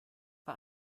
war